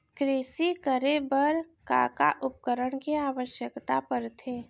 कृषि करे बर का का उपकरण के आवश्यकता परथे?